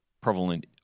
prevalent